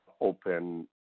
open